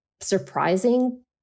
surprising